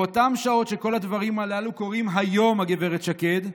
באותן שעות שכל הדברים הללו קורים, היום, גב' שקד,